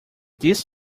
this